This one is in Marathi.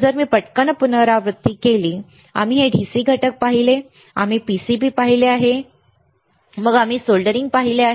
जर मी पटकन पुनरावृत्ती केली आम्ही हे DC घटक पाहिले आम्ही PCB पाहिले जे हे आहे मग आम्ही सोल्डरिंग पाहिले